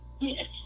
Yes